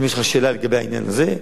אם יש לך שאלה לגבי העניין הזה,